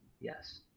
Yes